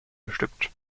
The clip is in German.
bestückt